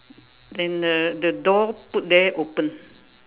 then the the door put there open